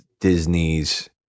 Disney's